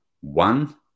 one